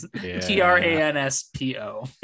T-R-A-N-S-P-O